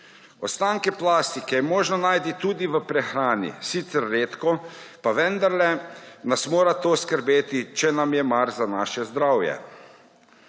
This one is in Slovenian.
Ostanke plastike je možno najti tudi v prehrani, sicer redko, pa vendarle nas mora to skrbeti, če nam je mar za naše zdravje.